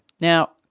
Now